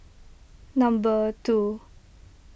number two